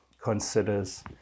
considers